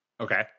Okay